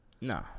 No